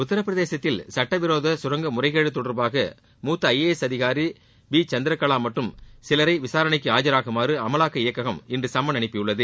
உத்தரப்பிரதேசத்தில் சுட்டவிரோத சுரங்க முறைகேடு தொடர்பாக மூத்த ஐ ஏ எஸ் அதிகாரி பி சந்திரகலா மற்றும் சிலரை விசாரணைக்கு ஆஜராகுமாறு அமலாக்க இயக்ககம் இன்று சும்மன் அனுப்பியுள்ளது